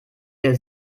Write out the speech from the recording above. der